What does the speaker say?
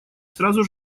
сразу